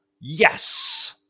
Yes